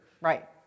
Right